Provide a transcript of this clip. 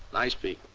nice people.